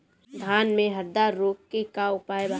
धान में हरदा रोग के का उपाय बा?